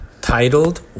titled